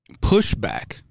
pushback